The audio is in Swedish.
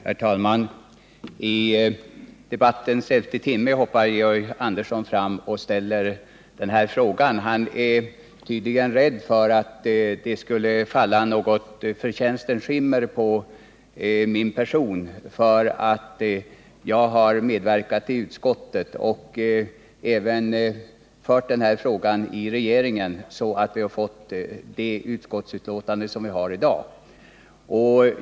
Herr talman! I debattens elfte timme hoppar Georg Andersson fram och ställer den här frågan. Han är tydligen rädd för att det skulle falla något förtjänstens skimmer över min person för att jag har medverkat till att driva denna: fråga i utskottet och även i regeringen så att vi har fått det utskottsbetänkande som vi har i dag.